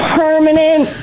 permanent